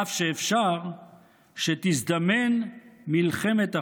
אף אפשר שתזדמן" מלחמת אחים,